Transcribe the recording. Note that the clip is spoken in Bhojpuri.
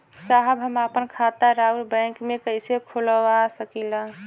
साहब हम आपन खाता राउर बैंक में कैसे खोलवा सकीला?